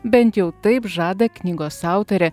bent jau taip žada knygos autorė